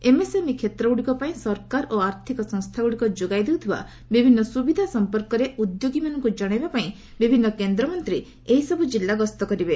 MSME କ୍ଷେତ୍ରଗୁଡ଼ିକ ପାର୍ଇ ସରକାର ଓ ଆର୍ଥିକ ସଂସ୍ଥାଗୁଡ଼ିକ ଯୋଗାଇ ଦେଉଥିବା ବିଭିନ୍ନ ସୁବିଧା ସମ୍ପର୍କରେ ଉଦ୍ୟୋଗୀମାନଙ୍କୁ ଜଣାଇବା ପାଇଁ ବିଭିନ୍ନ କେନ୍ଦ୍ରମନ୍ତ୍ରୀ ଏହିସବୁ ଜିଲ୍ଲା ଗସ୍ତ କରିବେ